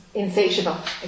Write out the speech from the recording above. insatiable